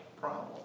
problem